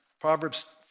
proverbs